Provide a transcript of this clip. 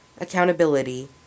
accountability